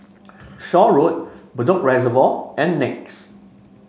Shaw Road Bedok Reservoir and Nex